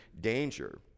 danger